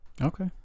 Okay